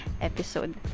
episode